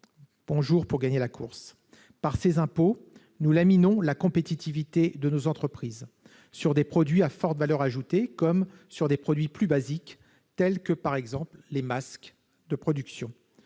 chance pour gagner la course ! Par ces impôts, nous laminons la compétitivité de nos entreprises, pour des produits à forte valeur ajoutée comme pour des produits plus basiques, tels que les masques de protection.